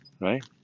right